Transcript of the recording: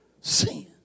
sin